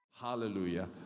Hallelujah